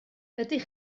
ydych